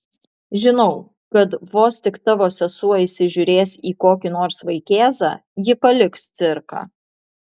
žinau kad vos tik tavo sesuo įsižiūrės į kokį nors vaikėzą ji paliks cirką